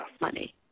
money